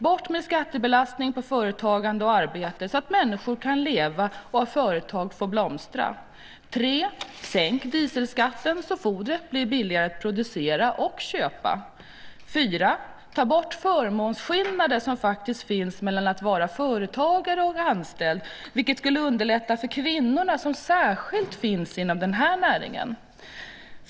Bort med skattebelastning på företagande och arbete, så att människorna kan leva och företag får blomstra. 3. Sänk dieselskatten så fodret blir billigare att producera och köpa. 4 Ta bort de förmånsskillnader som faktiskt finns mellan företagare och anställda, vilket skulle underlätta för kvinnorna i denna näring.